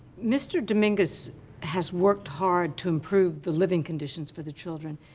mr. dominguez has worked hard to improve the living conditions for the children.